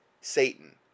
Satan